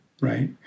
right